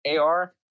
AR